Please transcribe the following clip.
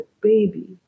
baby